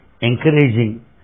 encouraging